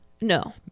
No